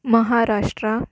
Maharashtra